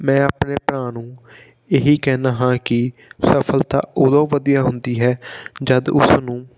ਮੈਂ ਆਪਣੇ ਭਰਾ ਨੂੰ ਇਹੀ ਕਹਿੰਦਾ ਹਾਂ ਕਿ ਸਫਲਤਾ ਉਦੋਂ ਵਧੀਆ ਹੁੰਦੀ ਹੈ ਜਦ ਉਸਨੂੰ